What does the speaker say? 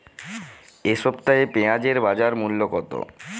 এ সপ্তাহে পেঁয়াজের বাজার মূল্য কত?